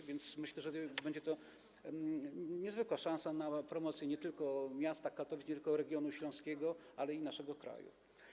A więc myślę, że będzie to niezwykła szansa na promocję nie tylko Katowic, nie tylko regionu śląskiego, ale i naszego kraju.